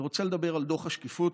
אני רוצה לדבר על דוח השקיפות,